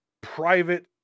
private